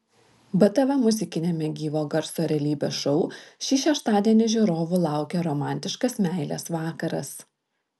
btv muzikiniame gyvo garso realybės šou šį šeštadienį žiūrovų laukia romantiškas meilės vakaras